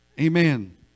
Amen